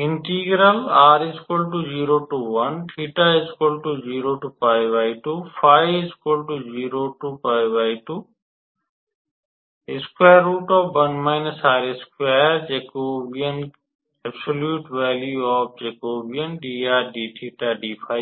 integral होगा